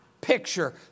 picture